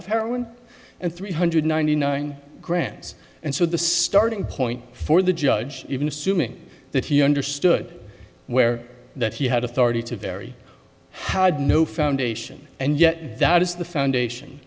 of heroin and three hundred ninety nine grams and so the starting point for the judge even assuming that he understood where that he had authority to very had no foundation and yet that is the foundation